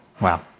wow